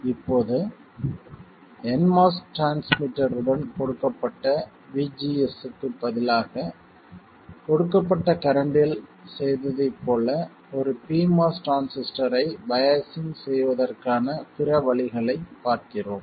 இப்போது nMOS டிரான்ஸ்மிட்டருடன் கொடுக்கப்பட்ட VGS க்கு பதிலாக கொடுக்கப்பட்ட கரண்ட்டில் செய்ததைப் போல ஒரு pMOS டிரான்சிஸ்டரைச் பையாஸிங் செய்வதற்கான பிற வழிகளைப் பார்க்கிறோம்